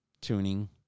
tuning